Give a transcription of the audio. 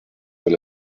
dans